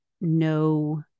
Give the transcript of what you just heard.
no